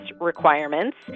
requirements